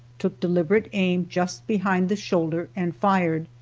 took deliberate aim just behind the shoulder, and fired.